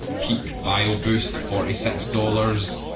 peak bio boost for a six dollars